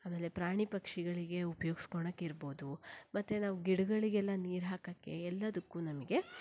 ಆಮೇಲೆ ಪ್ರಾಣಿ ಪಕ್ಷಿಗಳಿಗೆ ಉಪಯೋಗಸ್ಕೊಳಕ್ ಇರ್ಬೌದು ಮತ್ತು ನಾವು ಗಿಡಗಳಿಗೆಲ್ಲ ನೀರು ಹಾಕೋಕ್ಕೆ ಎಲ್ಲದಕ್ಕೂ ನಮಗೆ